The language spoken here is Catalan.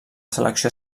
selecció